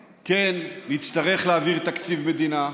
כן, כן, נצטרך להעביר תקציב מדינה,